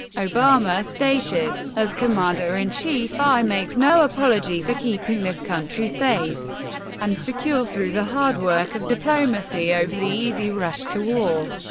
obama stated as commander-in-chief, i make no apology for keeping this country safe and secure through the hard work of diplomacy over the easy rush to war.